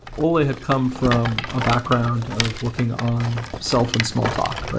ole had come from a background of working on self and small talk.